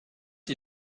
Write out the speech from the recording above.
ihr